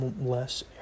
less